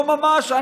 לא ממש?